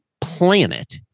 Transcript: planet